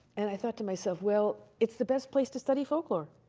and i thought to myself, well, it's the best place to study folklore.